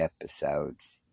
episodes